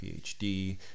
PhD